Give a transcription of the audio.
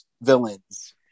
villains